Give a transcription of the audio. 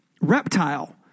reptile